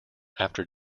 after